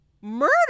murder